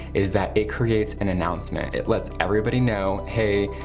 is that it creates an announcement, it lets everybody know, hey,